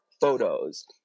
photos